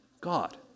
God